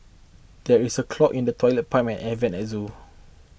there is a clog in the Toilet Pipe and Air Vents at zoo